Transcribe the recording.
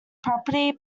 property